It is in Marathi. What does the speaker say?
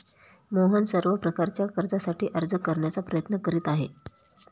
मोहन सर्व प्रकारच्या कर्जासाठी अर्ज करण्याचा प्रयत्न करीत आहे